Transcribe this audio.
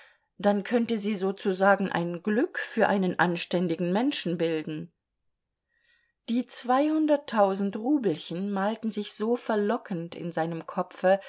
dann könnte sie sozusagen ein glück für einen anständigen menschen bilden die zweihunderttausend rubelchen malten sich so verlockend in seinem kopfe